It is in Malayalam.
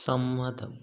സമ്മതം